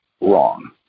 wrong